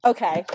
Okay